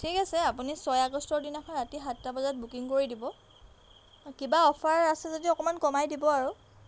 ঠিক আছে আপুনি ছয় আগষ্টৰ দিনাখন ৰাতি সাতটা বজাত বুকিং কৰি দিব কিবা অ'ফাৰ আছে যদি অকণমান কমাই দিব আৰু